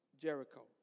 Jericho